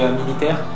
militaire